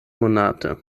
monate